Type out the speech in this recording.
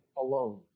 alone